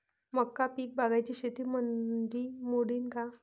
मका पीक बागायती शेतीमंदी मोडीन का?